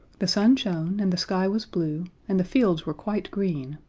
the sun shone, and the sky was blue, and the fields were quite green,